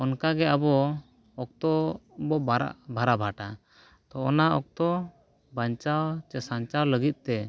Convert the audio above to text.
ᱚᱱᱠᱟᱜᱮ ᱟᱵᱚ ᱚᱠᱛᱚ ᱵᱷᱟᱨᱟᱵᱷᱟᱴᱟ ᱛᱚ ᱚᱱᱟ ᱚᱠᱛᱚ ᱵᱟᱧᱪᱟᱣ ᱥᱮ ᱥᱟᱧᱪᱟᱣ ᱞᱟᱹᱜᱤᱫᱼᱛᱮ